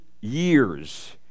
years